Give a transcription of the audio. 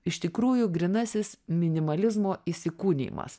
iš tikrųjų grynasis minimalizmo įsikūnijimas